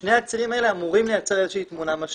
שני הצירים האלה אמורים לייצר תמונה משלימה.